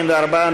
44,